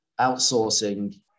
outsourcing